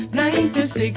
96